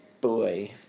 boy